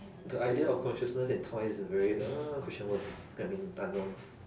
the idea of consciousness in toys is a very uh question mark I mean unknown